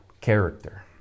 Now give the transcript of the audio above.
Character